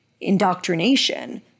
indoctrination